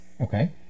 Okay